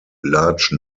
large